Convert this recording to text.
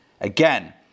Again